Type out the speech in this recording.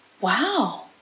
Wow